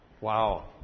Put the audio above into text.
Wow